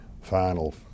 final